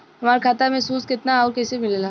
हमार खाता मे सूद केतना आउर कैसे मिलेला?